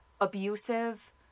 abusive